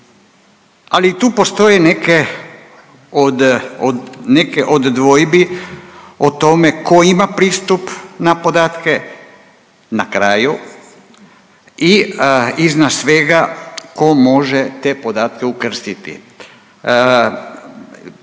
ali tu postoje neke od dvojbi o tome tko ima pristup na podatke na kraju i iznad svega tko može te podatke ukrstiti.